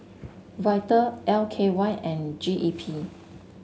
Vital L K Y and G E P